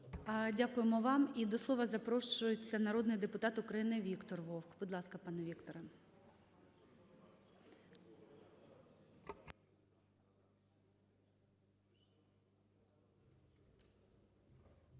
Дякуємо вам. І до слова запрошується народний депутат України Віктор Вовк. Будь ласка, пане Вікторе.